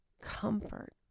comfort